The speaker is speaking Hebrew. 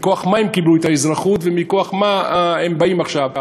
מכוח מה הם קיבלו את האזרחות ומכוח מה הם באים עכשיו.